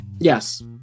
Yes